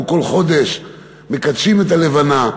אנחנו כל חודש מקדשים את הלבנה.